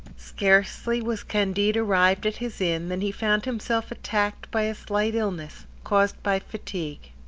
scarcely was candide arrived at his inn, than he found himself attacked by a slight illness, caused by fatigue.